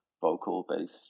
vocal-based